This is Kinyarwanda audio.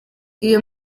iyo